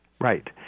right